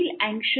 anxious